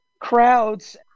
crowds